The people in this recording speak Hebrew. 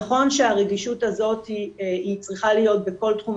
נכון שהרגישות הזאת היא צריכה להיות בכל תחום,